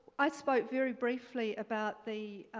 i spoke very briefly about the